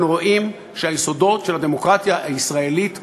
אנחנו רואים שהיסודות של הדמוקרטיה הישראלית רועדים.